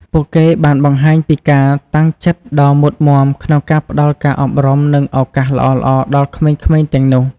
ពួកគេបានបង្ហាញពីការតាំងចិត្តដ៏មុតមាំក្នុងការផ្ដល់ការអប់រំ និងឱកាសល្អៗដល់ក្មេងៗទាំងនោះ។